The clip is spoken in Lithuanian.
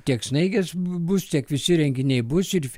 tiek snaigės bus tiek visi renginiai bus ir